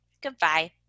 Goodbye